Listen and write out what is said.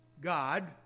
God